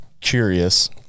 curious